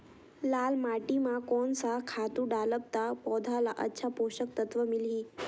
लाल माटी मां कोन सा खातु डालब ता पौध ला अच्छा पोषक तत्व मिलही?